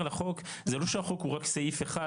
זה לא שהחוק הוא רק סעיף אחד,